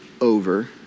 over